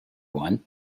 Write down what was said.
one